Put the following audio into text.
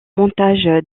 montage